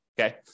Okay